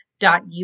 dot